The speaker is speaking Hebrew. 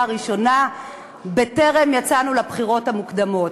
הראשונה בטרם יצאנו לבחירות המוקדמות.